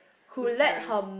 who let her